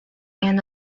and